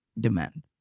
demand